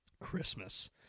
Christmas